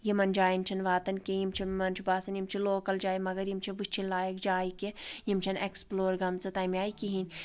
یِمن جایَن چھِنہٕ واتان کینٛہہ یِم چھِ یِمَن چھِ باسان یِم چھِ لوکَل جایہِ مگر یِم چھِ وٕچِھن لایق جایہِ کہِ یِم چھنہٕ ایٚکٕسپٕلور گَمژٕ تَمہِ آیہِ کِہیٖنۍ